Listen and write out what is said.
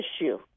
issue